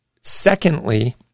Secondly